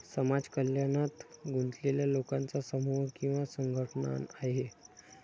समाज कल्याणात गुंतलेल्या लोकांचा समूह किंवा संघटना आहे